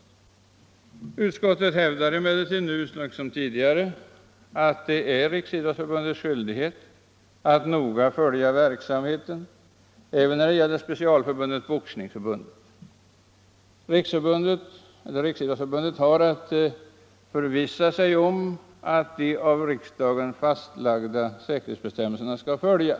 Men utskottet hävdar nu som tidigare att Riksidrottsförbundet är skyldigt att noga följa verksamheten även i specialförbundet Boxningsförbundet. Riksidrottsförbundet skall förvissa sig om att de av riksdagen fastlagda säkerhetsbestämmelserna följs.